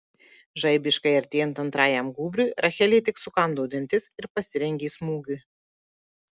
žaibiškai artėjant antrajam gūbriui rachelė tik sukando dantis ir pasirengė smūgiui